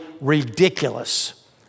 ridiculous